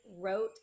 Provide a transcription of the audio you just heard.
wrote